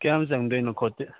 ꯀꯌꯥꯝ ꯆꯪꯗꯣꯏꯅꯣ ꯈꯣꯠꯇꯤ